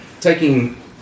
taking